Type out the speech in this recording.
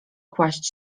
kłaść